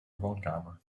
woonkamer